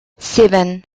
seven